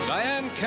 Diane